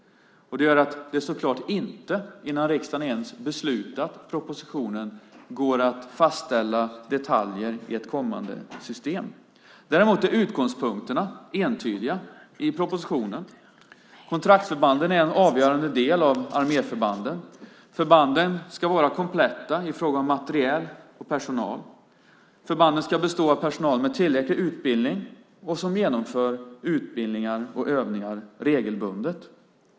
Det gör att det så klart inte, innan riksdagen ens beslutat om propositionen, går att fastställa detaljer i ett kommande system. Däremot är utgångspunkterna entydiga i propositionen. Kontraktsförbanden är en avgörande del av arméförbanden. Förbanden ska vara kompletta i fråga om materiel och personal. Förbanden ska bestå av personal med tillräcklig utbildning som genomför utbildningar och övningar regelbundet. Fru talman!